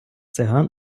циган